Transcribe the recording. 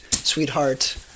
Sweetheart